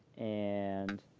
and